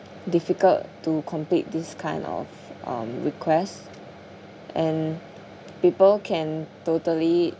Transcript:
difficult to complete this kind of um request and people can totally